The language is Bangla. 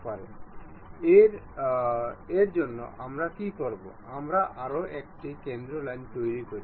সুতরাং এখন আবার আমরা OK ক্লিক করব